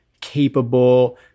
capable